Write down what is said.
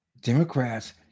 Democrats